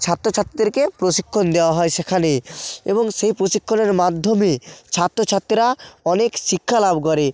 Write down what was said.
ছাত্র ছাত্রীদেরকে প্রশিক্ষণ দেওয়া হয় সেখানে এবং সেই প্রশিক্ষণের মাধ্যমে ছাত্রছাত্রীরা অনেক শিক্ষা লাভ করে